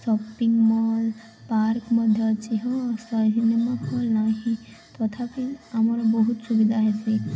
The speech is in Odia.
ସପିଙ୍ଗ ମଲ୍ ପାର୍କ ମଧ୍ୟ ଅଛି ହଁ ନାହିଁ ତଥାପି ଆମର ବହୁତ ସୁବିଧା